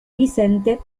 vicente